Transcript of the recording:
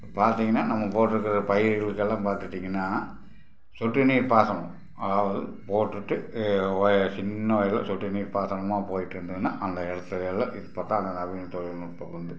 இப்போ பார்த்தீங்கன்னா நம்ம போட்டுருக்குற பயிருகளுக்குலாம் பார்த்துட்டீங்கன்னா சொட்டு நீர் பாசனம் அதாவது போட்டுட்டு ஒய சின்ன ஒயரில் சொட்டு நீர் பாசனமாக போயிட்டுருந்ததுன்னா அந்த இடத்துல எல்லாம் இப்போ தான் அந்த நவீன தொழில்நுட்பம் வந்து